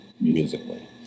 musically